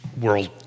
world